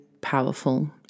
powerful